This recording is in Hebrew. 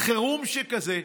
חירום שכזה,